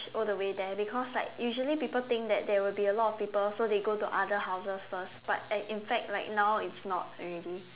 all the way there because like usually people think that there would be a lot of people so they go to other houses first but at in fact like now it's not already